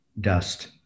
dust